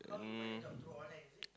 um